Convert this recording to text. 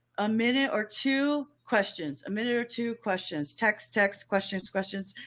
a minute or two questions, a minute or two questions. text, texts, questions, questions.